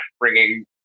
bringing